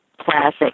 classic